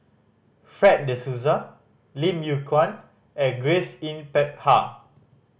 Fred De Souza Lim Yew Kuan and Grace Yin Peck Ha